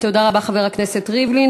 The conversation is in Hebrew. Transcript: תודה רבה, חבר הכנסת ריבלין.